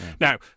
Now